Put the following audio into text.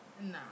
Nah